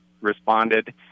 responded